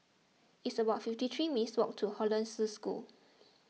it's about fifty three minutes' walk to Hollandse School